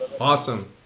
Awesome